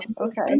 Okay